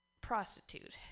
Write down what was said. prostitute